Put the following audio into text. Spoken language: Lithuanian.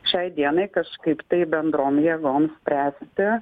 šiai dienai kažkaip tai bendrom jėgom spręsti